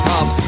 up